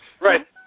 Right